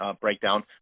breakdown